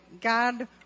God